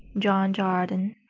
john jardine.